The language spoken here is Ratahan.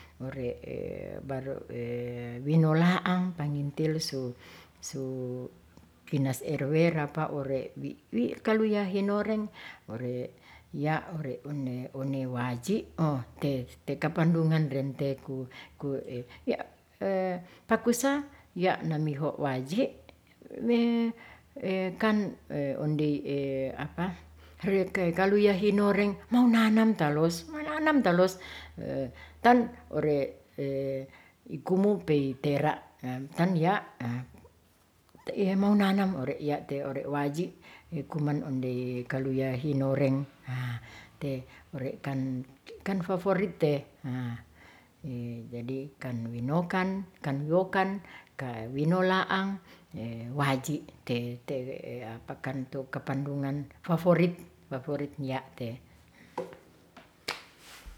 Ore' winolaang pangintil su kinas erwe rapa ure' wi wi kaluya hinoreng ore' ya ore' one waji' te tekapandungan renteku, pakusa ya namiho waji' kan ondei orekey kaluya hinoreng mau nanam talos, mau nanam talos, ton ore' ikumu pei tera' ton ya' te mau nanam ore' ya te' ore'waji' ni kuman onde kaluya hinoreng, haa te ore' kan, kan favorit te. jadi kan winokan kan wokan ka winolaang waji' te kan kapandungan favorit, favorit ya' te.